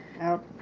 out